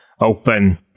open